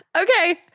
Okay